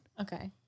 Okay